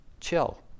chill